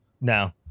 No